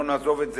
לא נעזוב את זה,